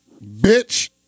Bitch